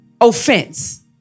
offense